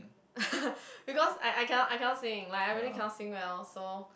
because I I cannot I cannot sing like I really cannot sing well so